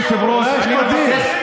אולי יש פה דיל.